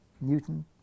Newton